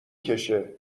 کشهمگه